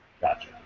Gotcha